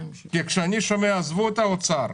עזבו את האוצר,